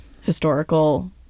historical